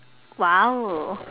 !wow!